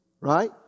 right